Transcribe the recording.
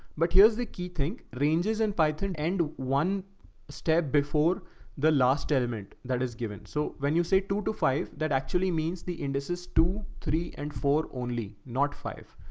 but here's the key thing ranges in python end one step before the last element that is given. so when you say two to five, that actually means the indices two, three, and four only not five.